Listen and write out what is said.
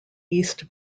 east